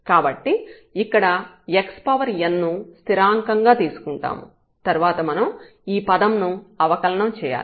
కాబట్టి ఇక్కడ xn ను స్థిరాంకం గా తీసుకుంటాము తర్వాత మనం ఈ పదం ను అవకలనం చేయాలి